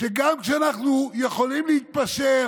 שגם כשאנחנו יכולים להתפשר